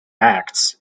acts